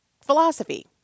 philosophy